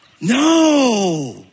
No